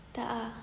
tak ah